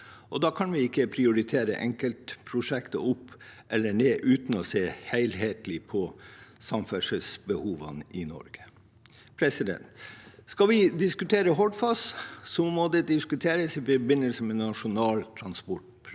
da kan vi ikke prioritere enkeltprosjekter opp eller ned uten å se helhetlig på samferdselsbehovene i Norge. Skal vi diskutere Hordfast, må det diskuteres i forbindelse med Nasjonal transportplan.